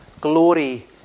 glory